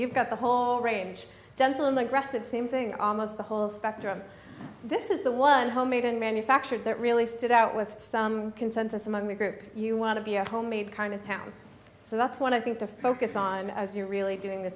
you've got the whole range gentle and aggressive same thing almost the whole spectrum this is the one home made and manufactured that really stood out with some consensus among the group you want to be a homemade kind of town so that's what i think to focus on as you're really doing th